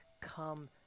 come